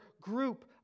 group